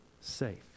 safe